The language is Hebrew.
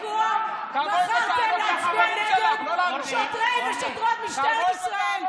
במקום לבוא ולהבין ולקרוא בחרתם להצביע נגד שוטרי ושוטרות משטרת ישראל,